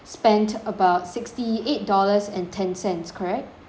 spent about sixty eight dollars and ten cents correct